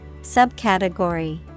Subcategory